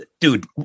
Dude